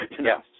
Yes